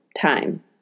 time